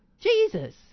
Jesus